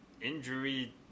injury